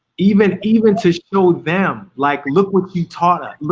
even even to show them like, look what you taught us,